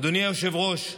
אדוני היושב-ראש,